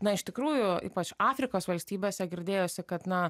na iš tikrųjų ypač afrikos valstybėse girdėjosi kad na